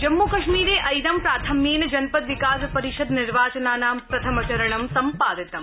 जम्मू कश्मीरे ऐद प्राथम्येन जनपद विकास परिषद निर्वाचनाना प्रथम चरण सम्पादितम्